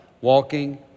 Walking